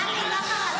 הייתי בשיחה.